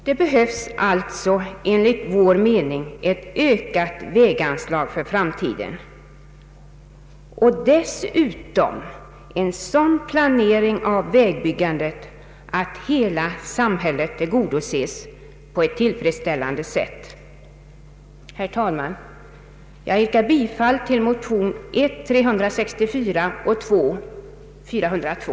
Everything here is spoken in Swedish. Det behövs alltså enligt vår mening ett ökat väganslag för framtiden och dessutom en sådan planering av vägbyggandet att hela samhället tillgodoses på ett tillfredsställande sätt. Herr talman! Jag yrkar bifall till motionerna I: 364 och II: 402.